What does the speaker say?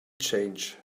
change